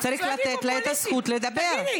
צריך לתת לה את הזכות לדבר.